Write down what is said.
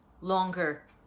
longer